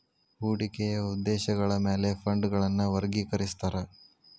ಹೂಡಿಕೆಯ ಉದ್ದೇಶಗಳ ಮ್ಯಾಲೆ ಫಂಡ್ಗಳನ್ನ ವರ್ಗಿಕರಿಸ್ತಾರಾ